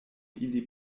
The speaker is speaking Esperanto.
ili